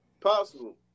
possible